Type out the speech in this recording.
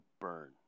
burn